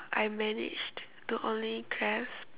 I managed to only grasp